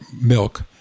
milk